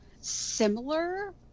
similar